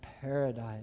paradise